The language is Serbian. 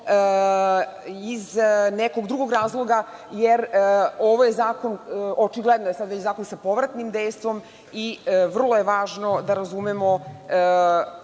iz nekog drugog razloga, jer ovaj zakon je očigledno sada zakon sa povratnim dejstvom i vrlo je važno da razumemo